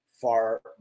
far